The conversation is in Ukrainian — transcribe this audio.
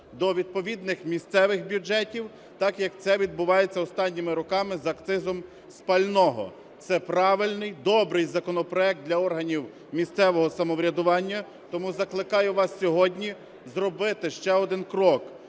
до відповідних місцевих бюджетів, так, як це відбувається останніми роками з акцизом з пального. Це правильний, добрий законопроект для органів місцевого самоврядування. Тому закликаю вас сьогодні зробити ще один крок